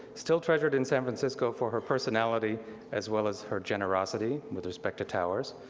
still treasured in san francisco for her personality as well as her generosity with respect to towers,